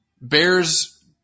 Bears